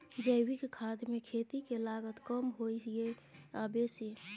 जैविक खाद मे खेती के लागत कम होय ये आ बेसी?